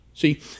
See